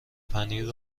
پنیر